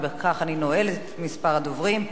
ובכך אני נועלת את רשימת הדוברים: